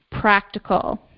practical